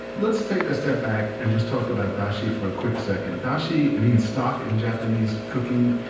let's take a step back and just talk about dashi for a quick second. dashi means stock in japanese cooking,